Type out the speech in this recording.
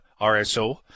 RSO